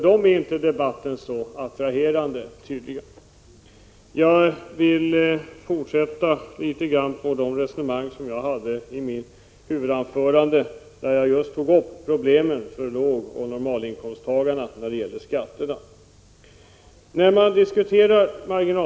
Det är tydligen inte så attraktivt. Jag vill fortsätta litet på resonemangen i mitt huvudanförande, där jag just tog upp problemen för lågoch normalinkomsttagarna när det gäller skatterna.